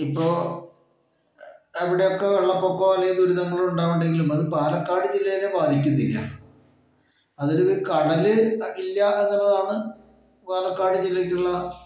ഇപ്പോൾ എവിടെ ഒക്കെ വെള്ളപ്പൊക്കമോ അല്ലെങ്കിൽ ദുരിതങ്ങളും ഉണ്ടാവുകയാണെങ്കിലും അത് പാലക്കാട് ജില്ലയിൽ ബാധിക്കത്തില്ല അതൊരു കടല് ഇല്ല എന്നുള്ളതാണ് പാലക്കാട് ജില്ലക്കുള്ള